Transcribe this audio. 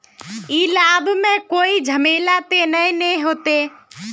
इ सब लाभ में कोई झमेला ते नय ने होते?